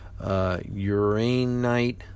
uranite